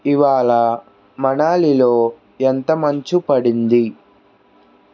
ఇవాళ మనాలిలో ఎంత మంచు పడింది